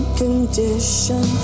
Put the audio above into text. condition